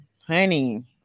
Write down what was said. honey